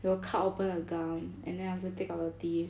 they'll cut open the gum and then after take out the teeth